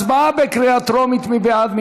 הצבעה בקריאה טרומית, מי בעד?